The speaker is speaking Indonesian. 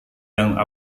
yang